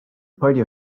party